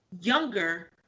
younger